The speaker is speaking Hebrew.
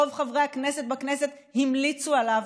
רוב חברי הכנסת בכנסת המליצו עליו,